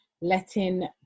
letting